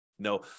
No